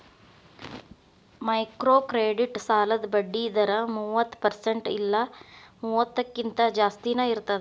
microcredit ಸಾಲದ್ ಬಡ್ಡಿ ದರ ಮೂವತ್ತ ಪರ್ಸೆಂಟ್ ಇಲ್ಲಾ ಮೂವತ್ತಕ್ಕಿಂತ ಜಾಸ್ತಿನಾ ಇರ್ತದ